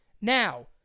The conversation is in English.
Now